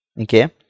okay